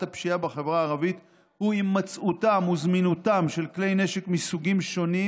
הפשיעה בחברה הערבית הוא הימצאותם וזמינותם של כלי נשק מסוגים שונים